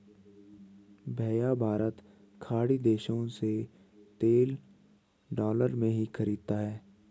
भैया भारत खाड़ी देशों से तेल डॉलर में ही खरीदता है